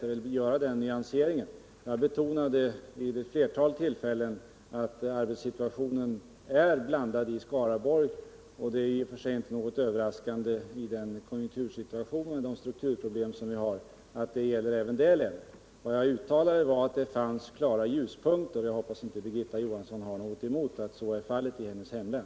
Jag vill göra den nyanseringen att jag vid ett flertal tillfällen betonade att arbetssituationen är blandad i Skaraborgs län. Det är i och för sig i det konjunkturläge och med de strukturproblem vi har inte heller överraskande att så är fallet även i detta län. Vad jag uttalade var att det fanns klara ljuspunkter, och jag hoppas att Birgitta Johansson inte har något emot att så är förhållandet i hennes hemlän.